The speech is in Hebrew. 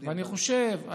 ואני חושב,